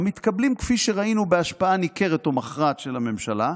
"המתקבלים כפי שראינו בהשפעה ניכרת או מכרעת של הממשלה,